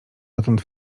dotąd